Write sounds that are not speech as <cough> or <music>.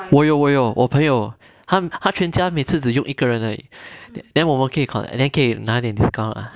我有我有我朋友他全家每次只用一个人而已 then then 我们可以 and then 可以拿点 discount <laughs>